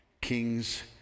kings